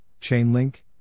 Chainlink